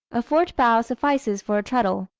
a forked bough suffices for a treadle.